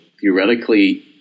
theoretically